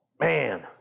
man